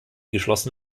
geschlossen